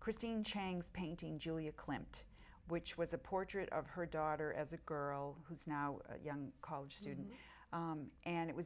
christine chang's painting julia clint which was a portrait of her daughter as a girl who's now a young college student and it was